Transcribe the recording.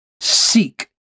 seek